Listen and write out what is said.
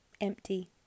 empty